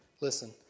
Listen